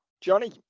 Johnny